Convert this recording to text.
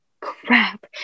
crap